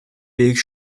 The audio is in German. weg